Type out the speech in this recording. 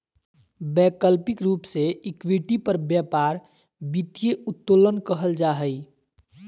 वैकल्पिक रूप से इक्विटी पर व्यापार वित्तीय उत्तोलन कहल जा हइ